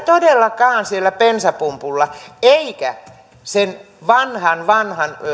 todellakaan siellä bensapumpulla eikä sen vanhan vanhan